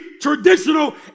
traditional